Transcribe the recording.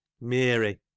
mary